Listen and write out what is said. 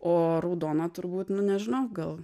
o raudona turbūt nu nežinau gal